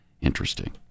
Interesting